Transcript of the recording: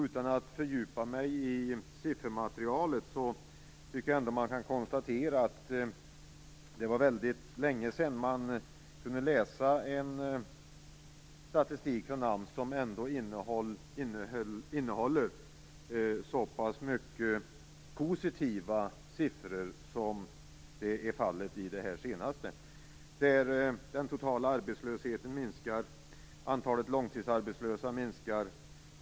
Utan att fördjupa mig i siffermaterialet tycker jag att man kan konstatera att det var väldigt länge sen man läste statistik från AMS som innehåller så pass mycket positiva siffror som fallet är här. Den totala arbetslösheten minskar. Antalet långtidsarbetslösa minskar.